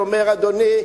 אומר: אדוני,